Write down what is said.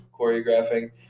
choreographing